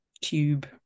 tube